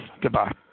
Goodbye